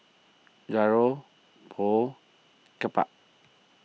Gyros Pho Kimbap